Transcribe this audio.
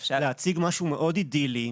להציג משהו מאוד אידילי,